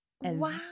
Wow